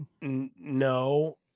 no